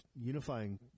unifying